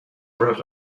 wrote